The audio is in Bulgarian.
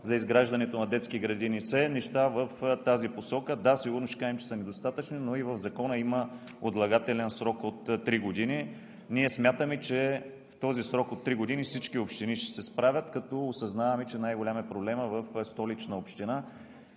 за изграждането на детски градини – все неща в тази посока. Да, сигурно ще кажем, че са недостатъчни, но и в Закона има отлагателен срок от три години. Ние смятаме, че в този срок от три години всички общини ще се справят, като осъзнаваме, че най-голям е проблемът в Столична община.